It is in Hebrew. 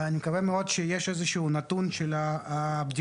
אני מקווה מאוד שיש איזשהו נתון של הבדיקות